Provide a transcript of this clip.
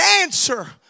answer